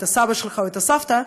את הסבא או את הסבתא,